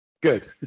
good